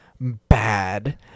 bad